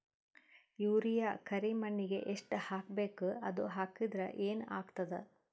Urea ಕರಿಮಣ್ಣಿಗೆ ಎಷ್ಟ್ ಹಾಕ್ಬೇಕ್, ಅದು ಹಾಕದ್ರ ಏನ್ ಆಗ್ತಾದ?